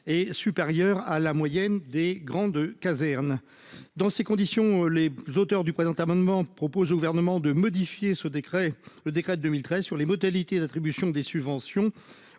est supérieur à la moyenne des grandes caserne dans ces conditions, les auteurs du présent amendement propose au gouvernement de modifier ce décret, le décret de 2013 sur les modalités d'attribution des subventions